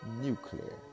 nuclear